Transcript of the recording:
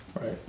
right